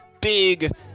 big